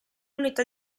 unità